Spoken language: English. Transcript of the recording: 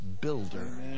builder